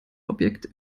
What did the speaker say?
objekt